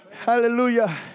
Hallelujah